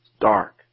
dark